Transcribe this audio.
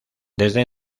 desde